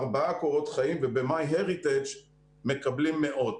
ארבעה קורות חיים וב- MyHeritageמקבלים מאות.